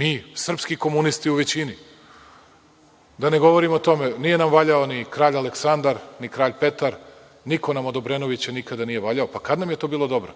Mi srpski komunisti u većini, a da ne govorim o tome nije nam valjao ni kralja Aleksandar, ni kralj Petar, niko nam od Obrenovića nikada nije valjao. Pa, kad nam je to bilo dobro?